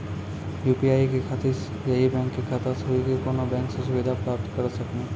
UPI के खातिर यही बैंक के खाता से हुई की कोनो बैंक से सुविधा प्राप्त करऽ सकनी?